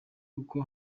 uko